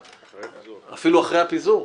אפילו אחרי הפיזור.